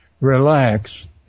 relax